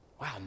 Wow